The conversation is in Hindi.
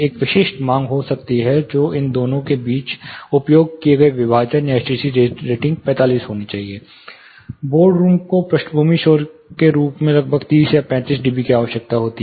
एक विशिष्ट मांग होगी जो कहती है कि इन दोनों के बीच उपयोग किए गए विभाजन की एसटीसी रेटिंग 45 होनी चाहिए बोर्ड रूम को पृष्ठभूमि शोर के रूप में लगभग 30 या 35 डीबी की आवश्यकता होती है